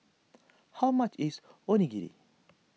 how much is Onigiri